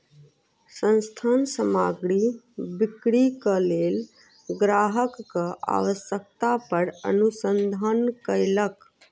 संस्थान सामग्री बिक्रीक लेल ग्राहकक आवश्यकता पर अनुसंधान कयलक